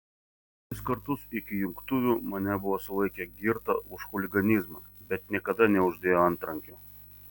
kelis kartus iki jungtuvių mane buvo sulaikę girtą už chuliganizmą bet niekada neuždėjo antrankių